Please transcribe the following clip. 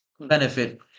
benefit